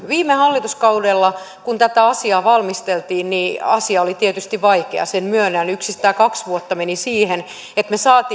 viime hallituskaudella tätä asiaa valmisteltiin asia oli tietysti vaikea sen myönnän yksistään kaksi vuotta meni siihen että me saimme